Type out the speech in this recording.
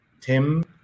tim